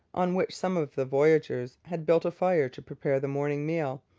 on which some of the voyageurs had built a fire to prepare the morning meal.